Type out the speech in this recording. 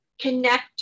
connect